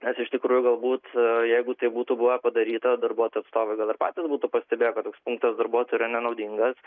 nes iš tikrųjų galbūt jeigu tai būtų buvę padaryta darbuotojų atstovai gal ir patys būtų pastebėję kad toks punktas darbuotojui yra nenaudingas